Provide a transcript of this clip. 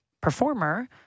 performer